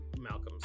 Malcolm's